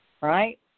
right